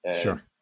Sure